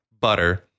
butter